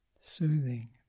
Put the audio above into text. soothing